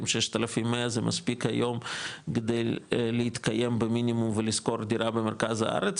אם 6,100 זה מספיק היום כדי להתקיים במינימום ולשכור דירה במרכז הארץ,